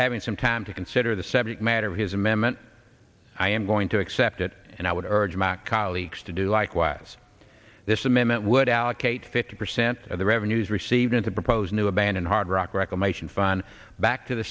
having some time to consider the subject matter of his amendment i am going to accept it and i would urge mark colleagues to do likewise this amendment would allocate fifty percent of the revenues received in the proposed new abandon hardrock reclamation fun back to the